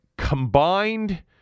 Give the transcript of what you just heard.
Combined